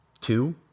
two